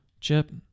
chip